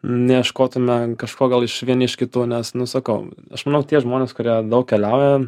neieškotume kažko gal iš vieni iš kitų nes nu sakau aš manau tie žmonės kurie daug keliauja